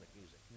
music